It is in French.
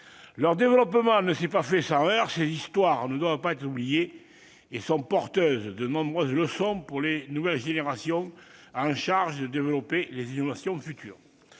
Leur développement ne s'est pas fait sans heurts. Ces histoires ne doivent pas être oubliées et sont porteuses de nombreuses leçons pour les nouvelles générations chargées de promouvoir les innovations futures.